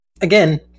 Again